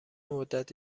مدت